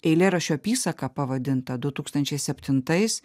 eilėraščių apysaka pavadinta du tūkstančiai septintais